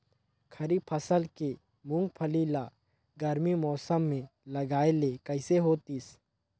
खरीफ फसल के मुंगफली ला गरमी मौसम मे लगाय ले कइसे होतिस?